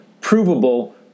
provable